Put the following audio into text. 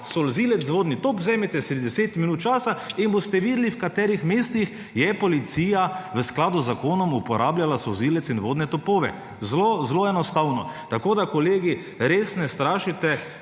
solzivec, vodni top, vzemite si 10 minut časa in boste videli, v katerih mestih je policija v skladu z zakonom uporabljala solzivec in vodne topove. Zelo enostavno! Kolegi, res ne strašite